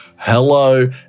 Hello